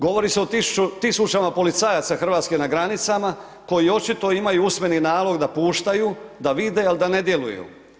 Govori se o tisućama policajaca Hrvatske na granicama koji očito imaju usmeni nalog da puštaju, da vide, ali da ne djeluju.